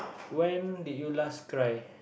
when did you last cry